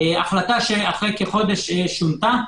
החלטה ששונתה כעבור חודש.